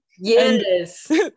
yes